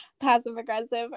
passive-aggressive